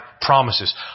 promises